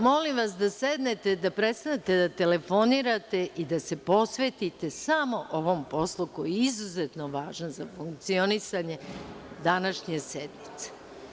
Molim vas da sednete, da prestanete da telefonirate i da se posvetite samo ovo poslu koji je izuzetno važan za funkcionisanje današnje sednice.